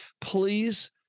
please